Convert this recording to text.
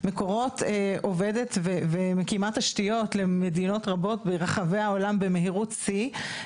"מקורות" עובדת ומקימה תשתיות למדינות רבות ברחבי העולם במהירות שיא.